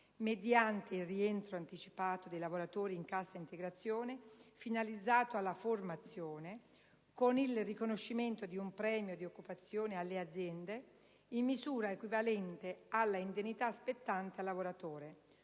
mediante il rientro anticipato dei lavoratori in cassa integrazione, finalizzato alla formazione, con il riconoscimento di un premio di occupazione alle aziende, in misura equivalente all'indennità spettante al lavoratore